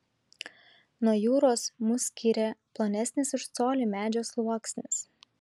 nuo jūros mus skyrė plonesnis už colį medžio sluoksnis